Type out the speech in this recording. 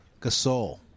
Gasol